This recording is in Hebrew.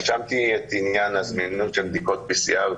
רשמתי את עניין הזמינות של בדיקות PCR,